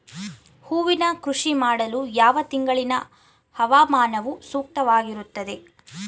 ಹೂವಿನ ಕೃಷಿ ಮಾಡಲು ಯಾವ ತಿಂಗಳಿನ ಹವಾಮಾನವು ಸೂಕ್ತವಾಗಿರುತ್ತದೆ?